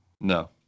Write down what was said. No